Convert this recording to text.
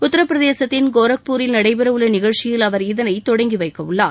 உத்தரப்பிரதேசத்தின் கோரக்பூரில் நடைபெறவுள்ள நிகழ்ச்சியில் அவர் இதனை தொடங்கி வைக்கவுள்ளார்